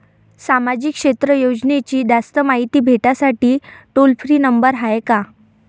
सामाजिक क्षेत्र योजनेची जास्त मायती भेटासाठी टोल फ्री नंबर हाय का?